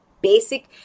basic